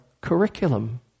curriculum